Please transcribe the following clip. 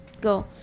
go